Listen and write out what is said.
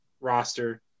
roster –